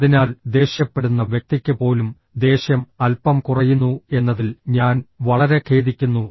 അതിനാൽ ദേഷ്യപ്പെടുന്ന വ്യക്തിക്ക് പോലും ദേഷ്യം അൽപ്പം കുറയുന്നു എന്നതിൽ ഞാൻ വളരെ ഖേദിക്കുന്നു